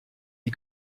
die